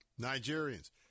Nigerians